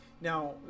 Now